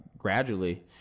Gradually